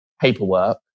paperwork